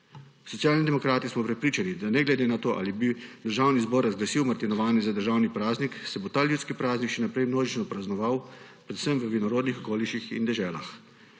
Socialni demokrati smo prepričani, da se bo ne glede na to, ali bo Državni zbor razglasil martinovanje za državni praznik, ta ljudski praznik še naprej množično praznoval, predvsem v vinorodnih okoliših in deželah.